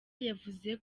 yavuze